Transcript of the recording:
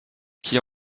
qui